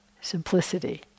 Simplicity